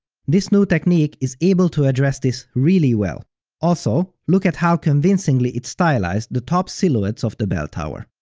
this new technique is able to address this really well also, look at how convincingly it stylized the top silhouettes of the bell tower.